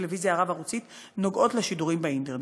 הטלוויזיה הרב-ערוצית נוגעות לשידורים באינטרנט: